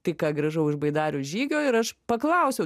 tik ką grįžau iš baidarių žygio ir aš paklausiau